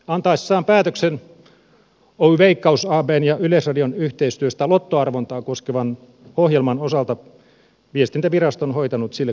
antaessaan päätöksen oy veikkaus abn ja yleisradion yhteistyöstä lottoarvontaa koskevan ohjelman osalta viestintävirasto on hoitanut sille kuuluvaa tehtävää